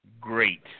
great